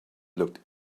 looked